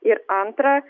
ir antra